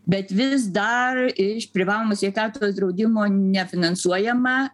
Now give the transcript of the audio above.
bet vis dar iš privalomo sveikatos draudimo nefinansuojama